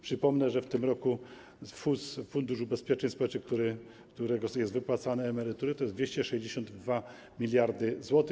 Przypomnę, że w tym roku FUS - Fundusz Ubezpieczeń Społecznych, z którego są wypłacane emerytury, to jest 262 mld zł.